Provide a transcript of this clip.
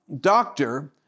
doctor